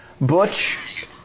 Butch